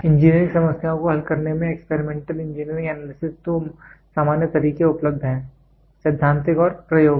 engineering समस्याओं को हल करने में एक्सपेरिमेंटल इंजीनियरिंग एनालिसिस दो सामान्य तरीके उपलब्ध है सैद्धांतिक और प्रायोगिक